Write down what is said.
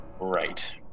Right